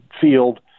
field